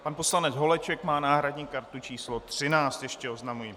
Pan poslanec Holeček má náhradní kartu číslo 13, ještě oznamuji.